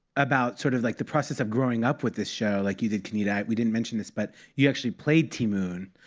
about sort of like the process of growing up with this show, like you did, kenita. we didn't mention this, but you actually played ti moune.